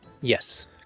Yes